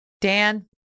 Dan